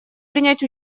принять